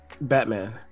Batman